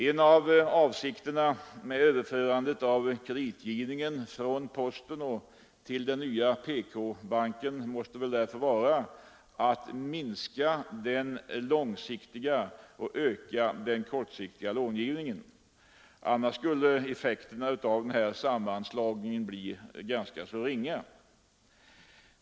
En av avsikterna med överförandet av kreditgivningen från posten till den nya PK-banken måste därför vara att minska den långsiktiga och öka den kortsiktiga långivningen. Annars skulle effekterna av sammanslagningen bli ganska ringa.